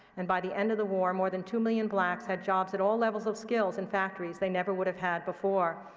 and by the end of the war, more than two million blacks had jobs at all levels of skills in factories they never would have had before.